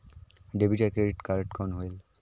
Debit या credit card कौन होएल?